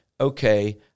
okay